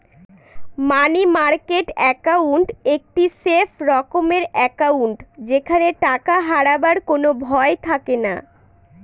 মানি market account একটি safe রকমের account যেখানে টাকা হারাবার কোনো ভয় থাকেনা